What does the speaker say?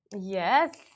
Yes